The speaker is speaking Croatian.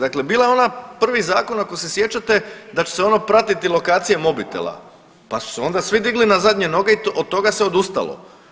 Dakle, bila je ona onaj prvi zakon ako se sjećate da će se ono pratiti lokacije mobitela, pa su se onda svi digli na zadnje noge i od toga se odustalo.